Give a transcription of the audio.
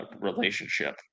relationship